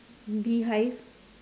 beehive